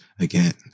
again